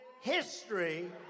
history